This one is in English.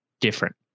different